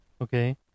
Okay